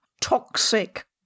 toxic